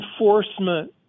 enforcement